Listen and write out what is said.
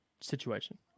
situation